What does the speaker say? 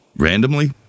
randomly